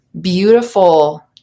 beautiful